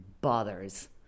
bothers